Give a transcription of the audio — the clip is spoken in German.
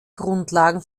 grundlagen